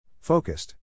Focused